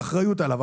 האחריות עליו,